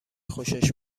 خوشش